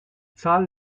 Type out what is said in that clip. zahl